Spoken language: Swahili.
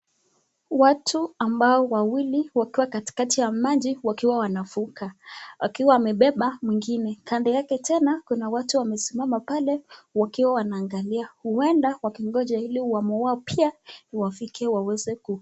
Watu ambao ni wawili wakiwa katikati ya maji wakiwa wanavuka wakiwa wamebeba mwingine. Kando yake tena kuna watu wamesimama pale wakiwa wanaangalia huenda wakingonja ili awamu yao iweze kuwafikia.